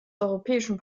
europäischen